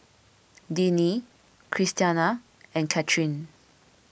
Deanne Christiana and Cathryn